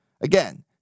again